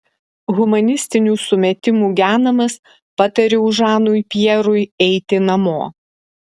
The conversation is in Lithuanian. humanistinių sumetimų genamas patariau žanui pjerui eiti namo